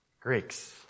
Greeks